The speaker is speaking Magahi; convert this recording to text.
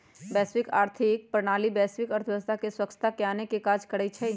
वैश्विक आर्थिक प्रणाली वैश्विक अर्थव्यवस्था में स्वछता आनेके काज करइ छइ